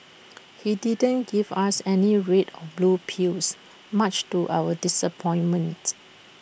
he didn't give us any red or blue pills much to our disappointment